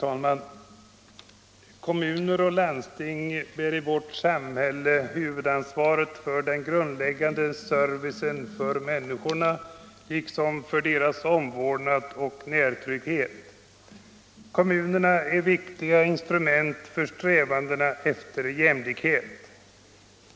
Fru talman! Kommuner och landsting bär i vårt samhälle huvudansvaret för den grundläggande servicen för människorna liksom för deras omvårdnad och närtrygghet. Kommunerna är viktiga instrument för strävandena efter jämlikhet.